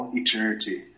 eternity